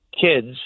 kids